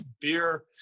Beer